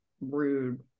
rude